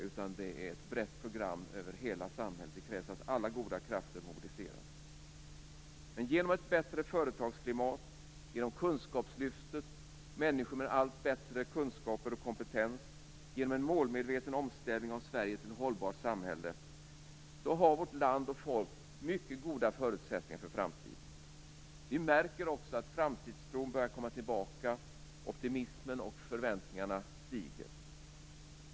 Det handlar om ett brett program över hela samhället. Det krävs att alla goda krafter mobiliseras. Men med ett bättre företagsklimat, ett kunskapslyft, människor med allt bättre kunskaper och kompetens och en målmedveten omställning av Sverige till ett hållbart samhälle har vårt land och folk mycket goda förutsättningar inför framtiden. Vi märker också att framtidstron börjar komma tillbaka. Optimismen och förväntningarna stiger.